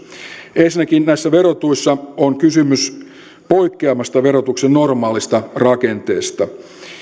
ensinnäkin näissä verotuissa on kysymys poikkeamasta verotuksen normaalista rakenteesta